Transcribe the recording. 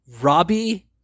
Robbie